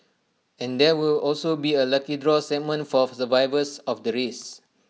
and there will also be A lucky draw segment for survivors of the race